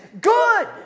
good